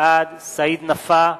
בעד סעיד נפאע,